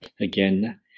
again